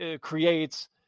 creates